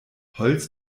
holz